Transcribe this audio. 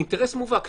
אינטרס מובהק.